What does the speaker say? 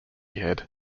head